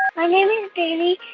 my name is daisy.